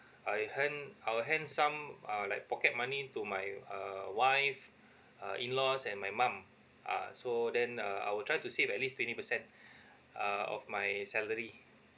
I hand I will hand some uh like pocket money to my err wife uh in-laws and my mum ah so then uh I would try to save at least twenty percent uh of my salary